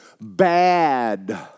bad